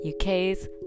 uk's